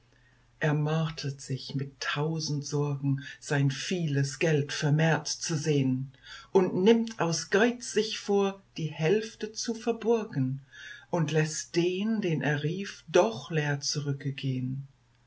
er martert sich mit tausend sorgen sein vieles geld vermehrt zu sehn und nimmt aus geiz sich vor die hälfte zu verborgen und läßt den den er rief doch leer zurücke